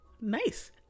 nice